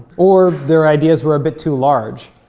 or their ideas were a bit too large,